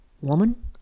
woman